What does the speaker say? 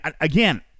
again